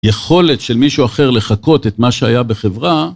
יכולת של מישהו אחר לחקות את מה שהיה בחברה.